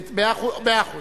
מאה אחוז.